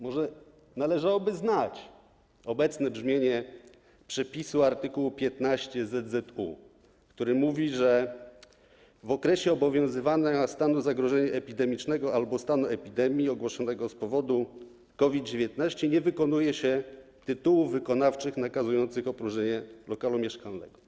Może należałoby znać obecne brzmienie przepisu art. 15zzu, który mówi, że w okresie obowiązywania stanu zagrożenia epidemicznego albo stanu epidemii ogłoszonego z powodu COVID-19 nie wykonuje się tytułów wykonawczych nakazujących opróżnienie lokalu mieszkalnego.